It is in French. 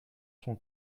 son